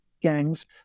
gangs